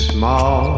Small